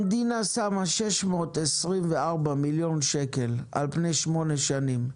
המדינה שמה 624 מיליון שקל על פני שמונה שנים,